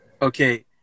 Okay